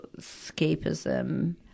escapism